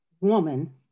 woman